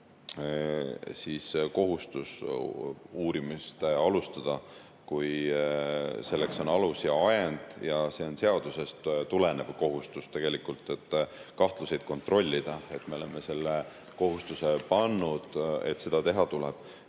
ju kohustus uurimist alustada, kui selleks on alus ja ajend. See on seadusest tulenev kohustus kahtlusi kontrollida. Me oleme selle kohustuse pannud, et seda teha tuleb.